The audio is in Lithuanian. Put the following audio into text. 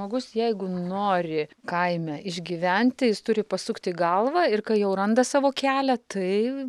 žmogus jeigu nori kaime išgyventi jis turi pasukti galvą ir kai jau randa savo kelią tai